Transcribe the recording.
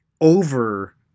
over